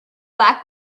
like